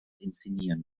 inszenieren